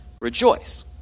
rejoice